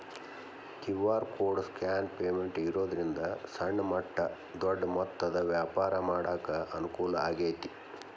QR code scan payment ಇರೋದ್ರಿಂದ ಸಣ್ಣ ಮಟ್ಟ ದೊಡ್ಡ ಮೊತ್ತದ ವ್ಯಾಪಾರ ಮಾಡಾಕ ಅನುಕೂಲ ಆಗೈತಿ